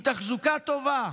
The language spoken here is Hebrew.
עם תחזוקה טובה.